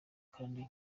kandi